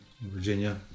Virginia